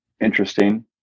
interesting